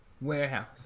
warehouse